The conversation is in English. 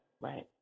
right